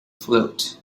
float